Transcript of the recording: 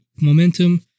momentum